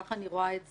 כך אני רואה את זה.